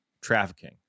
trafficking